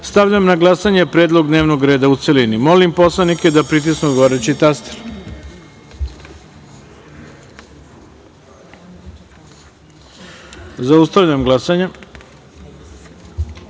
stavljam na glasanje predlog dnevnog reda u celini. Molim poslanike da pritisnu odgovarajući taster. Zaustavljam glasanje: